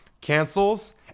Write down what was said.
cancels